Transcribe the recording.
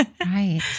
Right